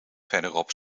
verderop